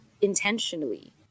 intentionally